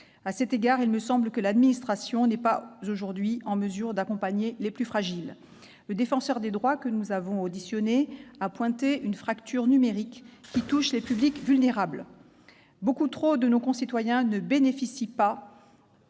À cet égard, il me semble que l'administration n'est pas aujourd'hui en mesure d'accompagner les plus fragiles. Le Défenseur des droits, que nous avons auditionné, a pointé une fracture numérique qui touche les publics vulnérables. Beaucoup trop de nos concitoyens ne bénéficient pas